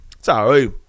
Sorry